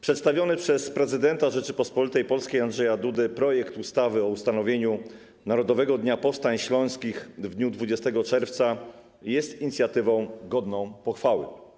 Przedstawiony przez prezydenta Rzeczypospolitej Polskiej Andrzeja Dudę projekt ustawy o ustanowieniu Narodowego Dnia Powstań Śląskich w dniu 20 czerwca jest inicjatywą godną pochwały.